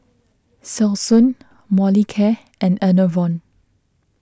Selsun Molicare and Enervon